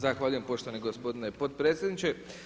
Zahvaljujem poštovani gospodine potpredsjedniče.